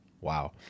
Wow